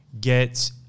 Get